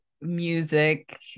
music